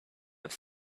have